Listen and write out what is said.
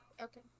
Okay